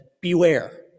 beware